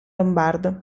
lombardo